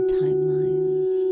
timelines